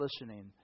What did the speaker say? listening